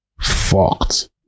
fucked